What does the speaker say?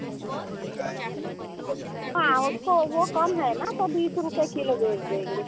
हाँ उसको वह कम है ना तो बीस रुपये किलो बेच देंगे